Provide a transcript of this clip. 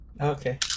Okay